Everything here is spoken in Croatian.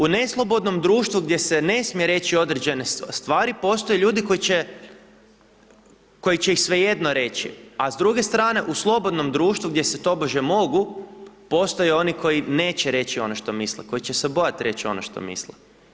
U neslobodnom društvu gdje se ne smije reći određene stvari postoje ljudi koji će ih svejedno reći a s druge strane u slobodnom društvu gdje se tobože mogu postoje oni koji neće reći ono što misle, koji će se bojati reći ono što misle.